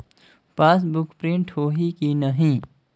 Passbook print होही कि नहीं?